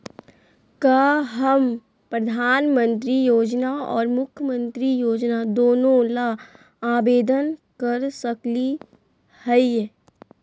का हम प्रधानमंत्री योजना और मुख्यमंत्री योजना दोनों ला आवेदन कर सकली हई?